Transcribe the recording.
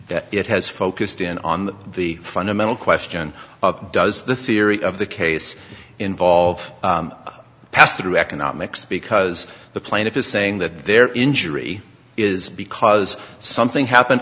that it has focused in on the fundamental question of does the theory of the case involve passthrough economics because the plaintiff is saying that their injury is because something happened